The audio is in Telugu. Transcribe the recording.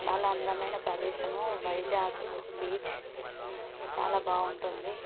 చాలా అందమైన ప్రదేశము వైజాగ్ బీచ్ చాలా బాగుంటుంది